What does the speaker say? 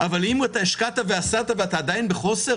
אבל אם השקעת ואתה עדיין בחוסר